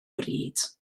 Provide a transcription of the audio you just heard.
bryd